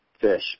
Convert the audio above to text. fish